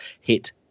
hit